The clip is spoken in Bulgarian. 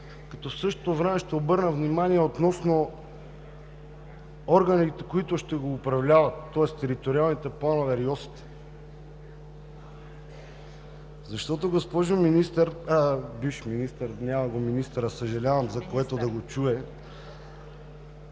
като в същото време ще обърна внимание относно органите, които ще го управляват, тоест териториалните планове – РИОСВ. Защото, госпожо бивш Министър, няма го министъра, съжалявам за което, да го чуе